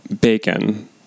bacon